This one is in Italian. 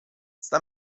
sta